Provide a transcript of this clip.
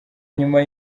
nyuma